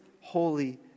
holy